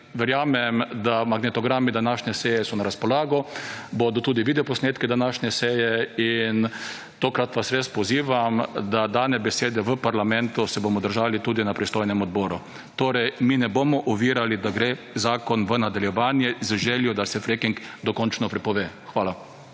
verjamem, da magnetogrami današnje seje so na razpolago, bodo tudi video posnetki današnje seje in tokrat vas res pozivam, da dane besede v parlamentu se bomo držali tudi na pristojnem odboru. Torej, mi ne bomo ovirali da gre zakon v nadaljevanje z željo, da se fracking dokončno prepove. Hvala.